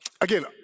again